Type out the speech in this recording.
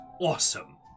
awesome